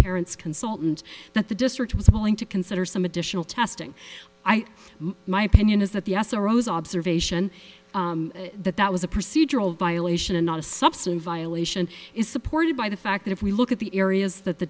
parents consultant that the district was willing to consider some additional testing my opinion is that the s a rose observation that that was a procedural violation and not a substitute violation is supported by the fact that if we look at the areas that the